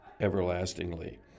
everlastingly